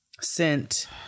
sent